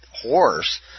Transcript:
horse